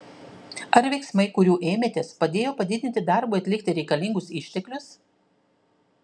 ar veiksmai kurių ėmėtės padėjo padidinti darbui atlikti reikalingus išteklius